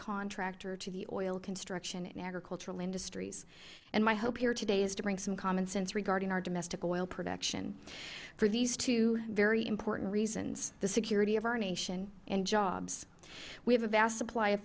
contractor to the oil construction and agricultural industries and my hope here today is to bring some common sense regarding our domestic oil production for these two very important reasons the security of our nation and jobs we have a vast supply of